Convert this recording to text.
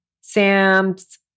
Sam's